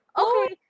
okay